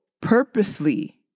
purposely